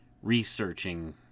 researching